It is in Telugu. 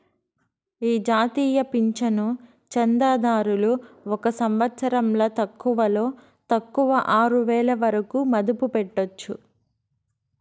ఈ జాతీయ పింఛను చందాదారులు ఒక సంవత్సరంల తక్కువలో తక్కువ ఆరువేల వరకు మదుపు పెట్టొచ్చు